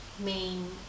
main